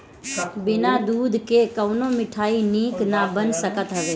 बिना दूध के कवनो मिठाई निक ना बन सकत हअ